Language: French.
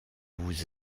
vous